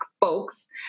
folks